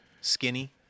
Skinny